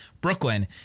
Brooklyn